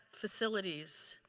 facilities.